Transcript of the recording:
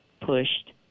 pushed